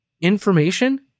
information